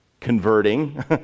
converting